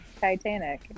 Titanic